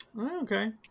okay